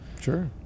Sure